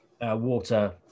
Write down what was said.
water